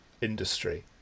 industry